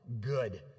Good